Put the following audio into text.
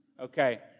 Okay